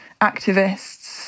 activists